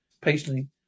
patiently